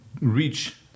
reach